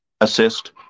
Assist